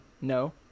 no